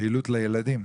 פעילות לילדים.